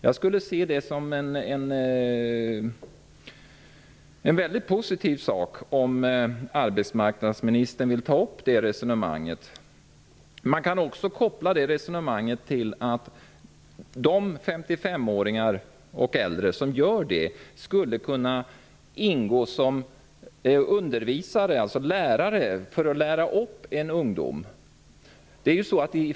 Jag skulle se det såsom en väldigt positiv sak, om arbetsmarknadsministern ville ta upp detta resonemang. Man kan också koppla resonemanget till att de 55-åringar och äldre som slutar frivilligt skulle kunna bli lärare för ungdomar.